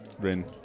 Rin